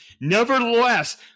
Nevertheless